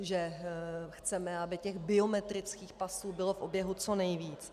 Že chceme, aby těch biometrických pasů bylo v oběhu co nejvíc.